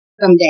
someday